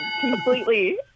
completely